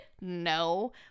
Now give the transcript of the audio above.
No